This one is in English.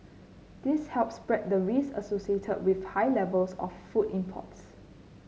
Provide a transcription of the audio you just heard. this helps spread the risks associated with high levels of food imports